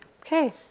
okay